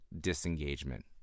disengagement